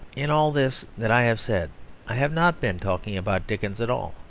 in all this that i have said i have not been talking about dickens at all.